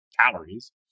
calories